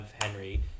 Henry